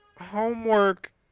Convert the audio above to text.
Homework